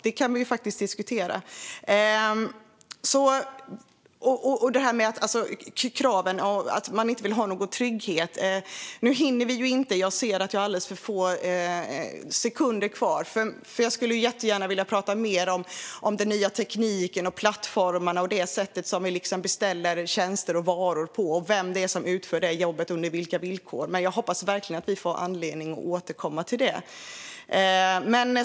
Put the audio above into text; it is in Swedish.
Det kan vi ju diskutera, liksom det som sägs om att man inte längre kräver trygghet. Jag ser att jag har för få sekunder kvar. Jag skulle jättegärna vilja prata mer om den nya tekniken och plattformarna, hur vi beställer tjänster och varor, vem det är som utför jobbet och under vilka villkor. Men jag hoppas att vi får anledning att återkomma till detta.